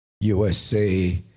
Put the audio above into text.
USA